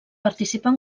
participar